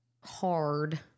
hard